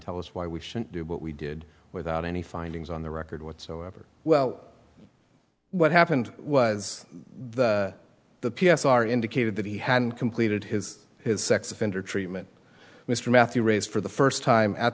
tell us why we shouldn't do what we did without any findings on the record whatsoever well what happened was the p s r indicated that he hadn't completed his his sex offender treatment mr matthew raised for the first time at